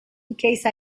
case